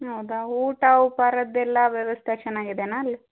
ಹೌದ ಊಟ ಉಪಹಾರದ್ದೆಲ್ಲ ವ್ಯವಸ್ಥೆ ಚೆನ್ನಾಗಿದೆಯ ಅಲ್ಲಿ